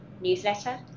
newsletter